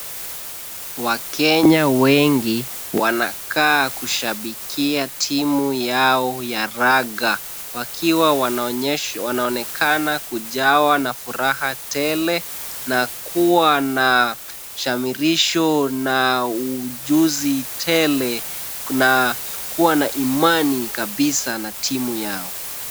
Wakenya wengi wanakaa kushabikia timu yao ya ragha, wakiwa wanaonyesha wanaonekana kujawa na furaha tele na kuwa na shamirisho na ujuzi tele na kuwa na imani kabisa na timu yao.